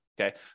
Okay